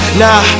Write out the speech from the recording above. nah